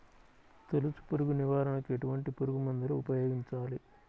తొలుచు పురుగు నివారణకు ఎటువంటి పురుగుమందులు ఉపయోగించాలి?